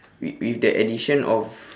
with with the addition of